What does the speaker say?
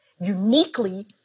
uniquely